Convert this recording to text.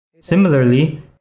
Similarly